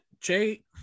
Jay